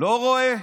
לא רואה?